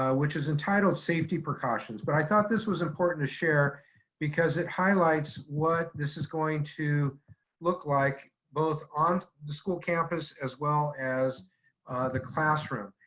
um which is entitled safety precautions. but i thought this was important to share because it highlights what this is going to look like both on the school campus, as well as the classroom.